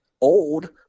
Old